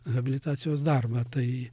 habilitacijos darbą tai